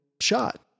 shot